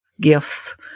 gifts